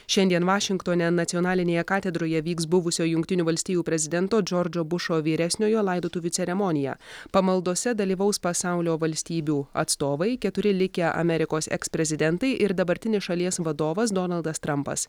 šiandien vašingtone nacionalinėje katedroje vyks buvusio jungtinių valstijų prezidento džordžo bušo vyresniojo laidotuvių ceremoniją pamaldose dalyvaus pasaulio valstybių atstovai keturi likę amerikos eksprezidentai ir dabartinis šalies vadovas donaldas trampas